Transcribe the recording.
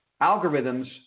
algorithms